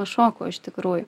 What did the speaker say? šoko iš tikrųjų